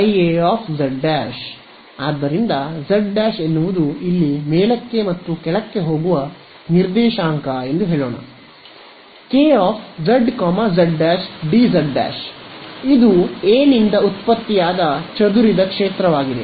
IA z' ಆದ್ದರಿಂದ z'ಎನ್ನುವುದು ಇಲ್ಲಿ ಮೇಲಕ್ಕೆ ಮತ್ತು ಕೆಳಕ್ಕೆ ಹೋಗುವ ನಿರ್ದೇಶಾಂಕ ಎಂದು ಹೇಳೋಣ K z z' dz ' ಇದು ಎ ನಿಂದ ಉತ್ಪತ್ತಿಯಾದ ಚದುರಿದ ಕ್ಷೇತ್ರವಾಗಿದೆ